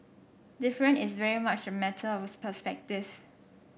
different is very much a matter of perspective